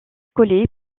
coller